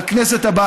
על הכנסת הבאה,